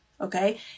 okay